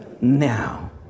now